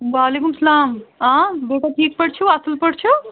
وعلیکُم سلام آ بیٹا ٹھیٖک پٲٹھۍ چھِو اَصٕل پٲٹھۍ چھِو